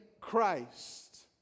Christ